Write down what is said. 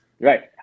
Right